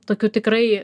tokių tikrai